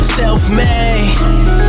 self-made